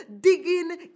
digging